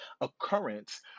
occurrence